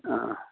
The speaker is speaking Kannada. ಹಾಂ